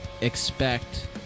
Expect